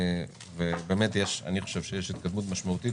ובאמת אני חושב שיש התקדמות משמעותית